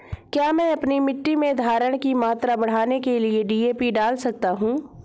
क्या मैं अपनी मिट्टी में धारण की मात्रा बढ़ाने के लिए डी.ए.पी डाल सकता हूँ?